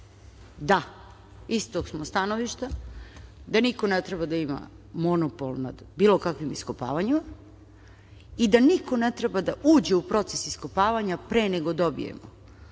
da, istog smo stanovišta, da niko ne treba da ima monopol nad bilo kakvim iskopavanjima i da niko ne treba da uđe u proces iskopavanja pre nego dobijemo